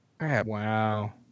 Wow